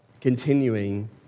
continuing